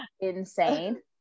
insane